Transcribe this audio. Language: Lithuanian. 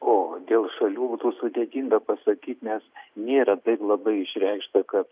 o dėl šalių būtų sudėtinga pasakyt nes nėra taip labai išreikšta kad